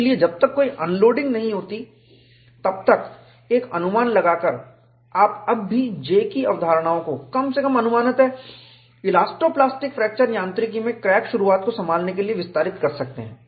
इसलिए जब तक कोई अनलोडिंग नहीं होती तब तक एक अनुमान लगाकर आप अब भी J की अवधारणाओं को कम से कम अनुमानतः इलास्टो प्लास्टिक फ्रैक्चर यांत्रिकी में क्रैक शुरुआत को संभालने के लिए विस्तारित कर सकते हैं